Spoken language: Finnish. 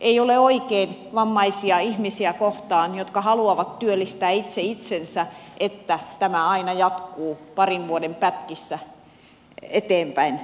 ei ole oikein vammaisia ihmisiä kohtaan jotka haluavat työllistää itse itsensä että tämä tilanne aina jatkuu parin vuoden pätkissä eteenpäin